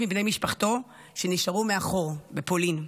עם בני משפחתו שנשארו מאחור בפולין,